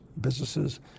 businesses